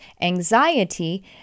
anxiety